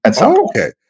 Okay